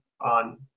on